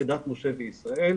כדת משה וישראל,